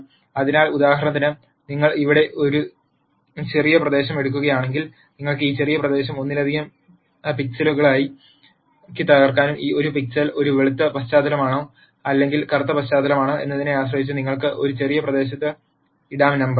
അതിനാൽ ഉദാഹരണത്തിന് നിങ്ങൾ ഇവിടെ ഒരു ചെറിയ പ്രദേശം എടുക്കുകയാണെങ്കിൽ നിങ്ങൾക്ക് ഈ ചെറിയ പ്രദേശം ഒന്നിലധികം പിക്സലുകളാക്കി തകർക്കാനും ഒരു പിക്സൽ ഒരു വെളുത്ത പശ്ചാത്തലമാണോ അല്ലെങ്കിൽ കറുത്ത പശ്ചാത്തലമാണോ എന്നതിനെ ആശ്രയിച്ച് നിങ്ങൾക്ക് ഒരു ചെറിയ പ്രദേശത്ത് ഇടാം നമ്പർ